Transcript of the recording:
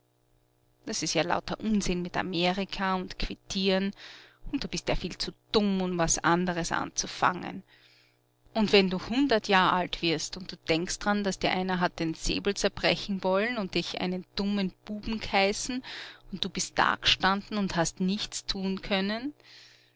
das ist ja lauter unsinn mit amerika und quittieren und du bist ja viel zu dumm um was anderes anzufangen und wenn du hundert jahr alt wirst und du denkst d'ran daß dir einer hat den säbel zerbrechen wollen und dich einen dummen buben g'heißen und du bist dag'standen und hast nichts tun können